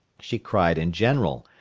she cried in general,